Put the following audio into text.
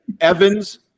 Evans